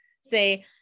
Say